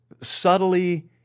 subtly